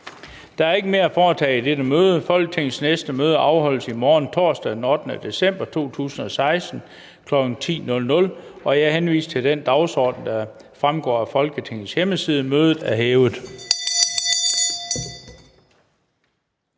Der er ikke mere at foretage i dette møde. Folketingets næste møde afholdes i morgen, torsdag den 8. december 2016, kl. 10.00. Jeg henviser til den dagsorden, der fremgår af Folketingets hjemmeside. Mødet er hævet.